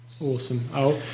Awesome